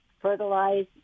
fertilize